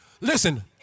listen